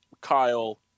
Kyle